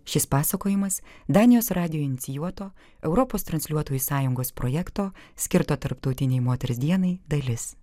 šis pasakojimas danijos radijo inicijuoto europos transliuotojų sąjungos projekto skirto tarptautinei moters dienai dalis